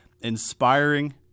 inspiring